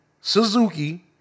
Suzuki